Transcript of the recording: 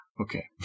okay